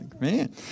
Man